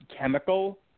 chemical